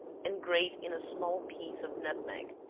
and grate in a small piece of nutmeg.